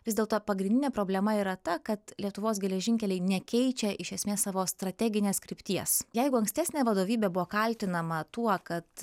vis dėlto pagrindinė problema yra ta kad lietuvos geležinkeliai nekeičia iš esmės savo strateginės krypties jeigu ankstesnė vadovybė buvo kaltinama tuo kad